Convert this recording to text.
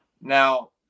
Now